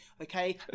Okay